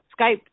Skype